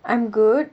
I'm good